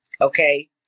Okay